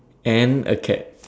and a cat